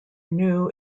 knew